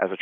as a